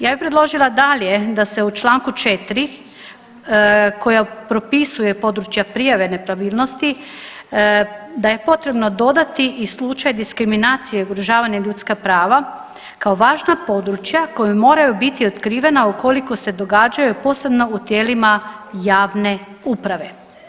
Ja bih predložila dalje da se u čl. 4 koja propisuje područja prijave nepravilnosti, da je potrebno dodati i slučaj diskriminacije i ugrožavanje ljudska prava kao važna područja koja moraju biti otkrivena ukoliko se događaju, posebno u tijelima javne uprave.